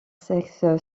sexe